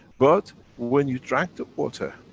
but when you drank the water,